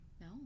no